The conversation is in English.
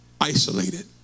isolated